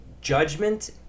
judgment